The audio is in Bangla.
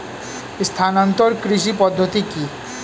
স্থানান্তর কৃষি পদ্ধতি কি?